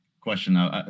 question